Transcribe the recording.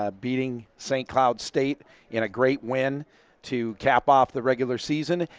ah beating st. cloud state and a great win to cap off the regular season.